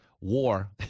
war